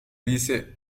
dice